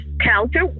counter